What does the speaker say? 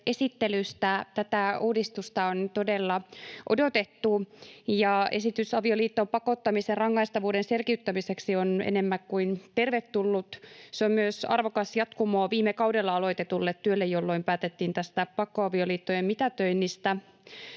esittelystä. Tätä uudistusta on todella odotettu, ja esitys avioliittoon pakottamisen rangaistavuuden selkiyttämiseksi on enemmän kuin tervetullut. Se on myös arvokas jatkumo viime kaudella aloitetulle työlle, jolloin päätettiin tästä pakkoavioliittojen mitätöinnistä.